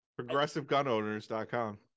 ProgressiveGunOwners.com